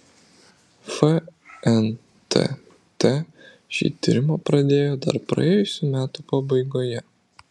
fntt šį tyrimą pradėjo dar praėjusių metų pabaigoje